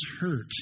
hurt